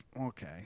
okay